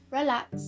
relax